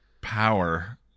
power